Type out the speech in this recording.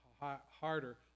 harder